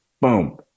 Boom